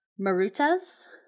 maruta's